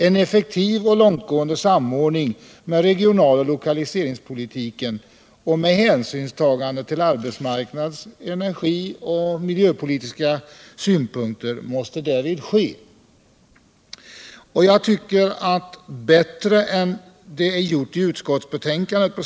En effektiv och långtgående samordning med regionaloch lokaliseringspolitik, med hänsynstagande till arbetsmarknads-, energioch miljöpolitiska synpunkter, måste därvid ske.